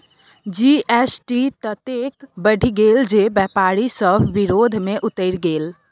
GST ततेक बढ़ि गेल जे बेपारी सभ विरोध मे उतरि गेल